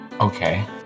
Okay